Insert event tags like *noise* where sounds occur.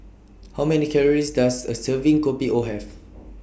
*noise* How Many Calories Does A Serving Kopi O Have